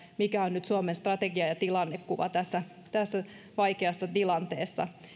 mikä on nyt suomen strategia ja tilannekuva tässä tässä vaikeassa tilanteessa